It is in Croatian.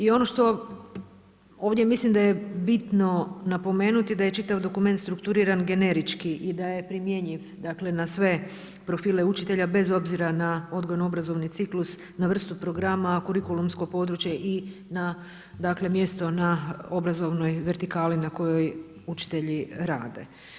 I ono što ovdje mislim da je bitno napomenuti, da je čitav dokument strukturiran generički i da je primjenjiv na sve profile učitelja bez obzira na odgojno-obrazovni ciklus, na vrtu programa kurikulumsko područje i na mjesto na obrazovnoj vertikali na kojoj učitelji rade.